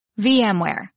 VMware